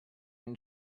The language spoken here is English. and